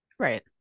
Right